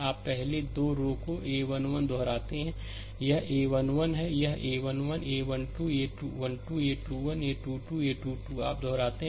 आप पहली 2 रो को a 1 1 दोहराते हैं यह a 1 1 है यह a 1 1 a 1 2 a 1 2 a 21 a 2 2 a 2 2 आप दोहराते हैं